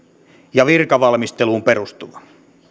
ja virkavalmisteluun perustuva